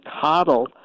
coddle